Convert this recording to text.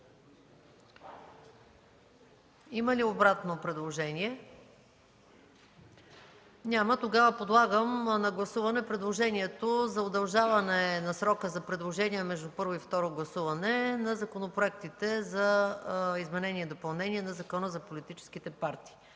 Има ли обратно предложение? Няма. Подлагам на гласуване предложението за удължаване на срока за предложения между първо и второ гласуване на законопроектите за изменение и допълнение на Закона за политическите партии,